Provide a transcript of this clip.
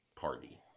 Party